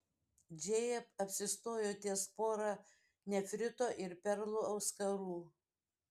džėja apsistojo ties pora nefrito ir perlų auskarų